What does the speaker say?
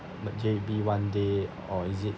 J_B one day or is it